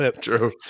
True